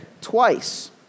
twice